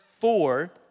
four